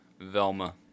Velma